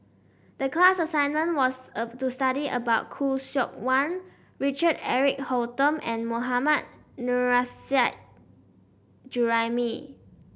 the class assignment was of to study about Khoo Seok Wan Richard Eric Holttum and Mohammad Nurrasyid Juraimi